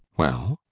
well?